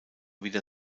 wieder